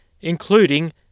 including